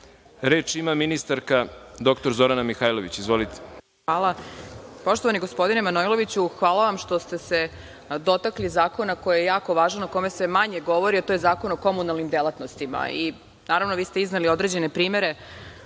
ima ministarka dr Zorana Mihajlović. **Zorana Mihajlović** Hvala. Poštovani gospodine Manojloviću, hvala vam što ste se dotakli zakona koji je jako važan, o kome se manje govori a to je Zakon o komunalnim delatnostima. Naravno, vi ste izneli određene primere.